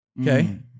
Okay